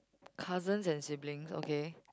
cousins and sibling okay